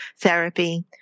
therapy